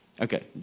Okay